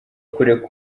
kureka